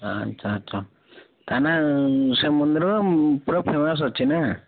ଆଚ୍ଛା ଆଚ୍ଛା ତା ନାଁ ସେ ମନ୍ଦିର ପୂରା ଫେମସ୍ ଅଛି ନା